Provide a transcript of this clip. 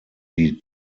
die